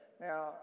Now